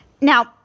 Now